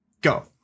go